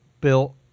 built